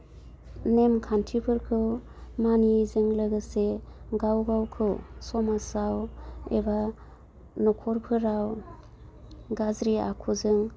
नेम खान्थिफोरखौ मानियैजों लोगोसे गाव गावखौ समाजाव एबा नखरफोराव गाज्रि आखुजों